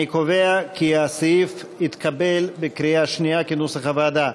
אני קובע כי הסעיף התקבל בקריאה שנייה כנוסח הוועדה.